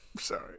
Sorry